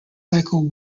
cycle